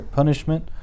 punishment